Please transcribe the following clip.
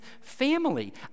family